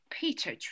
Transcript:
Peter